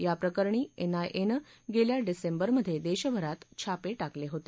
या प्रकरणी N I A ने गेल्या डिसेंबरमधे देशभरात छापे टाकले होते